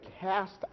cast